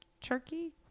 turkey